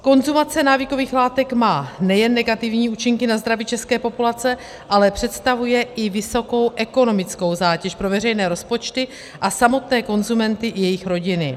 Konzumace návykových látek má nejen negativní účinky na zdraví české populace, ale představuje i vysokou ekonomickou zátěž pro veřejné rozpočty a samotné konzumenty i jejich rodiny.